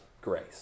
grace